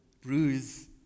bruise